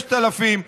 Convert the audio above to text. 6,000,